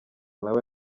nawe